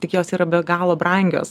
tik jos yra be galo brangios